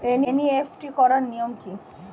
NEFT করার নিয়ম কী?